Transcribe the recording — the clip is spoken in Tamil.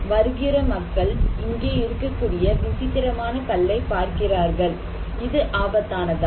வருகிற மக்கள் இங்கே இருக்கக்கூடிய விசித்திரமான கல்லை பார்க்கிறார்கள் இது ஆபத்தானதா